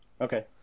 Okay